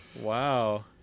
Wow